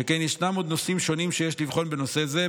שכן יש עוד נושאים שונים שיש לבחון בנושא זה.